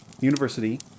University